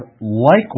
likewise